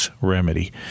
remedy